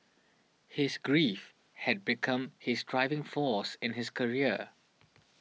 his grief had become his driving force in his career